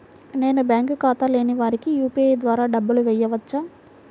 నేను బ్యాంక్ ఖాతా లేని వారికి యూ.పీ.ఐ ద్వారా డబ్బులు వేయచ్చా?